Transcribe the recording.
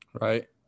Right